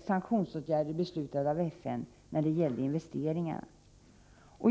sanktionsåtgärder beslutade av FN när det gällde investeringarna.